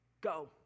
go